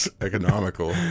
Economical